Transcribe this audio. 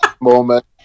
moment